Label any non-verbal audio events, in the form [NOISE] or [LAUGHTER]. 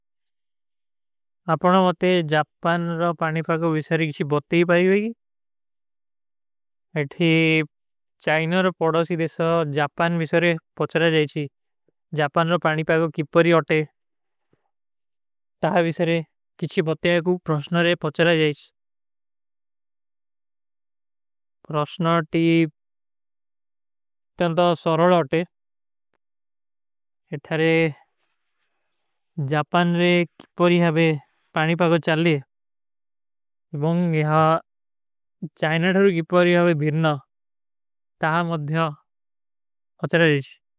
ଆପନୋଂ ମତେ ଜାପାନ ରୋ ପାଣିପାଗୋ ଵିଶର କିଛୀ ବତ୍ତେ ହୀ ପାଈଗୀ। [HESITATION] ଏଠୀ ଚାଇନିଯୋର ପଡାସୀ ଦେଶା ଜାପାନ ଵିଶରେ ପୋଚରା ଜାଈଶୀ। ଜାପାନ ରୋ ପାଣିପାଗୋ କିପରୀ ଅଟେ। ତହାଁ ଵିଶରେ କିଛୀ ବତ୍ତେ ହୈ କୁଛ ପ୍ରୋଶନାରେ ପୋଚରା ଜାଈଶ। [HESITATION] ପ୍ରୋଶନାରେ ପୋଚରା ଜାଈଶୀ।